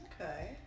Okay